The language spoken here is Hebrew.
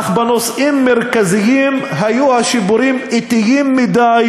אך בנושאים מרכזיים היו השיפורים אטיים מדי,